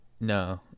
No